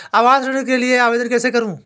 आवास ऋण के लिए आवेदन कैसे करुँ?